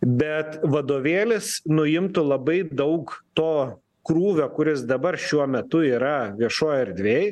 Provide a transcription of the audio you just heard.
bet vadovėlis nuimtų labai daug to krūvio kuris dabar šiuo metu yra viešoj erdvėj